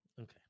Okay